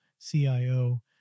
CIO